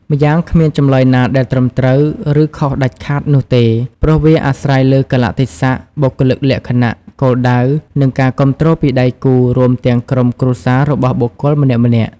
ម្យ៉ាងគ្មានចម្លើយណាដែលត្រឹមត្រូវ ឬខុសដាច់ខាត់នោះទេ ព្រោះវាអាស្រ័យលើកាលៈទេសៈ បុគ្គលិកលក្ខណៈ គោលដៅ និងការគាំទ្រពីដៃគូ រួមទាំងក្រុមគ្រួសាររបស់បុគ្គលម្នាក់ៗ។